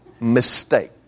mistake